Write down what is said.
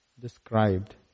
described